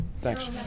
Thanks